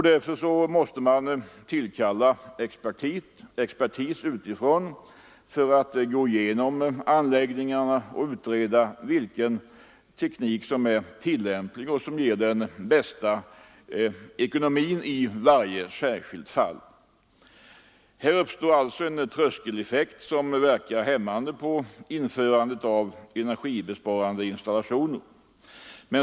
Expertis måste som regel tillkallas utifrån för att gå igenom anläggningar och utreda vilken teknik som är tillämplig och som ger den bästa ekonomin i varje särskilt Här uppstår alltså en tröskeleffekt som verkar hämmande på införandet av energibesparande installationer.